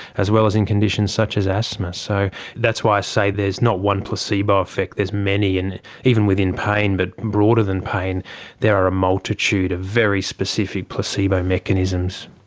as well as in conditions such as asthma. so that's why i say there's not one placebo effect, there's many, even within pain, but broader than pain there are a multitude of very specific placebo mechanisms.